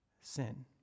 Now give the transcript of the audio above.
sin